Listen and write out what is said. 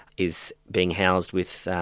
is being housed with